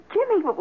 Jimmy